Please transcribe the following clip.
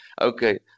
okay